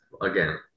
again